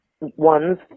ones